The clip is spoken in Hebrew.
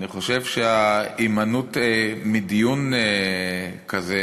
אני חושב שההימנעות מדיון כזה